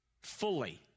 fully